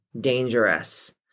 dangerous